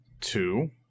two